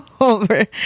over